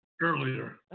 earlier